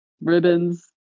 ribbons